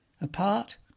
apart